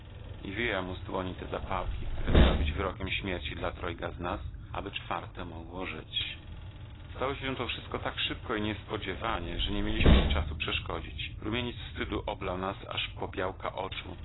i wyjęła mu z dłoni te zapałki które miały być wyrokiem śmierci dla trojga z nas aby czwarte mogło żyć stało się to wszystko tak szybko i niespodziewanie że nie mieliśmy jej czasu przeszkodzić rumieniec wstydu oblał nas aż po białka oczu